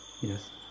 Yes